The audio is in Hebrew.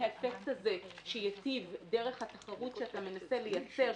האפקט הזה שיטיב דרך התחרות שאתה מנסה לייצר,